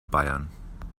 bayern